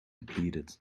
depleted